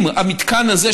אם המתקן הזה,